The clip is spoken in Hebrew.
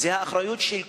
זו האחריות של כולנו,